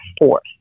fourth